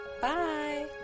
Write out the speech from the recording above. bye